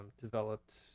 developed